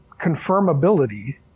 confirmability